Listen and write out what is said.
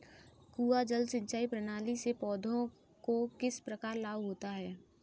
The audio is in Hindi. कुआँ जल सिंचाई प्रणाली से पौधों को किस प्रकार लाभ होता है?